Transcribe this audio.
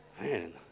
Man